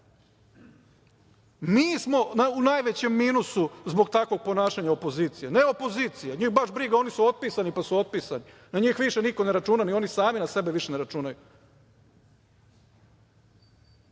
smo u najvećem minusu zbog takvog ponašanja opozicije, a ne opozicija. Njih baš briga. Oni su otpisani, pa su otpisani. Na njih više niko ne računa. Ni oni sami na sebe više ne računaju.